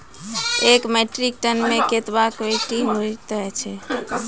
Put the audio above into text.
एक metric ton मे कतवा क्वींटल हैत छै?